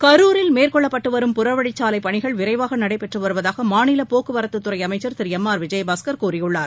கரூரில் மேற்கொள்ளப்பட்டுவரும் புறவழிச்சாவைப் பணிகள் விரைவாக நடைபெற்று வருவதாக மாநில போக்குவரத்துத்துறை அமைச்சர் திரு எம் ஆர் விஜயபாஸ்கர் கூறியுள்ளார்